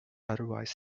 otherwise